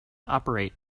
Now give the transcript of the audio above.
operate